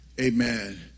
Amen